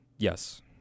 Yes